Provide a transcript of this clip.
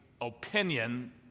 opinion